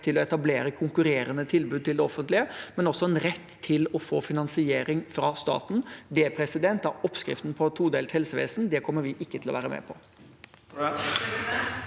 til å etablere konkurrerende tilbud til det offentlige, men også en rett til å få finansiering fra staten. Det er oppskriften på et todelt helsevesen, og det kommer vi ikke til å være med på.